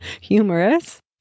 humorous